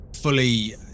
fully